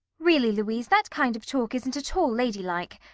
really, louise, that kind of talk isn't at all ladylike.